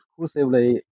exclusively